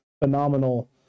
phenomenal